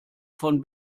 von